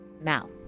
Mal